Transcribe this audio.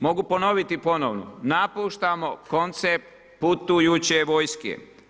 Mogu ponoviti ponovno, napuštamo koncept putujuće vojske.